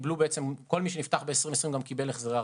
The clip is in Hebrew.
כל מי שנפתח ב-2020 קיבל גם החזרי ארנונה,